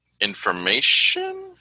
information